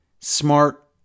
smart